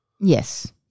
yes